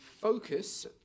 focus